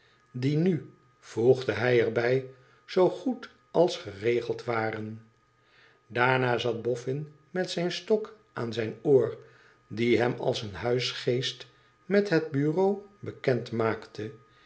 die nu voegde hij erbij zoogoed als geregeld waren daarna zat boffin met zijn stok aan zijn oor die hem als een huisgeest met het bureau bekend maakte